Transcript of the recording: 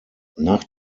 nach